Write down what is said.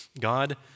God